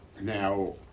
Now